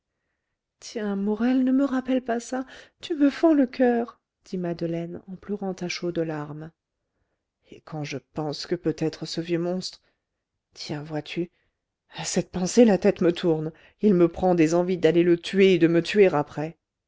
tiens morel ne me rappelle pas ça tu me fends le coeur dit madeleine en pleurant à chaudes larmes et quand je pense que peut-être ce vieux monstre tiens vois-tu à cette pensée la tête me tourne il me prend des envies d'aller le tuer et de me tuer après